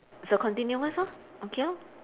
it's a continuous lor okay lor